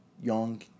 young